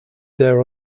there